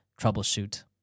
troubleshoot